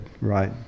right